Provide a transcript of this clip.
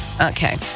Okay